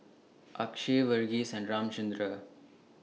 Akshay Verghese and Ramchundra